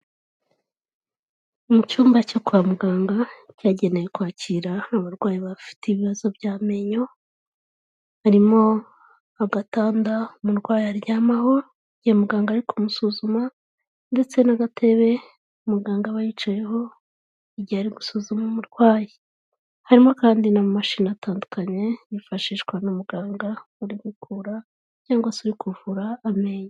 Mu cyumba cyo kwa muganga cyagenewe kwakira abarwayi bafite ibibazo by'amenyo, harimo agatanda umurwayi aryamaho igihe muganga ari kumusuzuma ndetse n'agatebe muganga aba yicayeho igihe ari gusuzuma umurwayi. Harimo kandi n'amamashini atandukanye yifashishwa na muganga uri gukura cyangwa se uri kuvura amenyo.